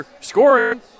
Scoring